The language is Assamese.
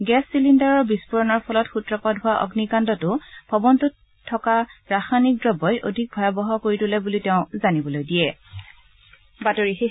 গেছ চিলিণ্ডাৰৰ বিস্ফোৰণৰ ফলত সূত্ৰপাত হোৱা অগ্নিকাণ্ডটো ভৱনটোত ৰখা ৰসায়নিক দ্ৰব্যই অধিক ভয়াবহ কৰি তোলে বুলিও তেওঁ জানিবলৈ দিয়ে